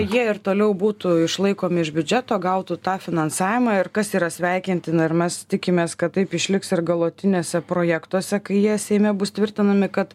jie ir toliau būtų išlaikomi iš biudžeto gautų tą finansavimą ir kas yra sveikintina ir mes tikimės kad taip išliks ir galutinėse projektuose kai jie seime bus tvirtinami kad